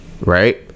right